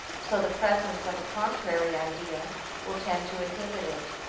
so the presence of a contrary idea will tend to inhibit it.